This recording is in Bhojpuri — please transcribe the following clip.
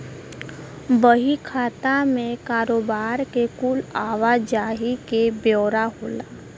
बही खाता मे कारोबार के कुल आवा जाही के ब्योरा होला